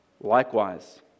Likewise